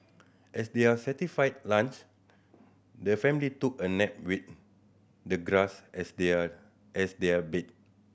as their satisfy lunch the family took a nap with the grass as their as their bed